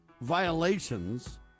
violations